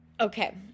Okay